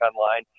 online